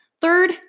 Third